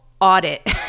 audit